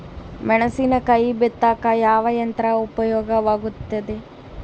ಮೆಣಸಿನಕಾಯಿ ಬಿತ್ತಾಕ ಯಾವ ಯಂತ್ರ ಉಪಯೋಗವಾಗುತ್ತೆ?